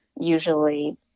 usually